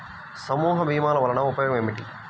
సమూహ భీమాల వలన ఉపయోగం ఏమిటీ?